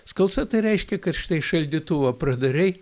skalsa tai reiškia kad štai šaldytuvą pradarei